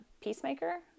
peacemaker